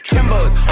Kimbo's